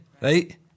right